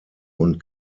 und